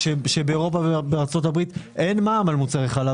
באירופה ובארצות הברית אין מע"מ על מוצרי חלב.